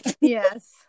yes